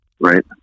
Right